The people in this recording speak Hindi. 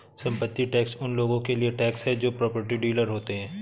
संपत्ति टैक्स उन लोगों के लिए टैक्स है जो प्रॉपर्टी डीलर होते हैं